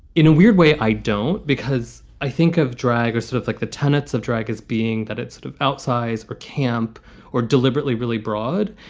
in a weird way, i don't. because i think of drag or sort of like the tenets of drag as being that it's sort of outsized or camp or deliberately really broad.